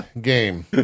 game